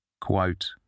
Quote